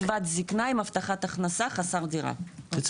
מקבל קצבת זקנה, עם הבטחה הכנסה, חסר דירה.